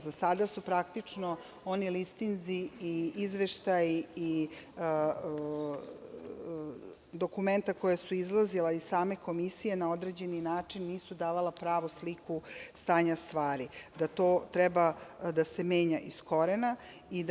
Za sada su praktično oni listinzi i izveštaji i dokumenta koja su izlazila iz same Komisije na određeni način nisu davala pravu sliku stanja stvari, da to treba da se menja iz korena.